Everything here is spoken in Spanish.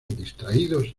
distraídos